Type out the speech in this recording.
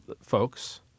folks